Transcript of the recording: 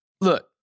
look